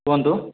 କୁହନ୍ତୁ